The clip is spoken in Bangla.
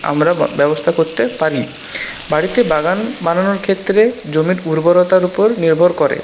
আমরা ব্যবস্থা করতে পারি বাড়িতে বাগান বানানোর ক্ষেত্রে জমির উর্বরতার উপর নির্ভর করে